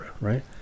Right